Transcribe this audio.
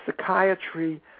psychiatry